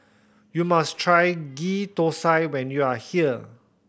you must try Ghee Thosai when you are here